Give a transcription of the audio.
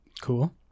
cool